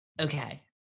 Okay